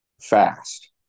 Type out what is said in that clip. fast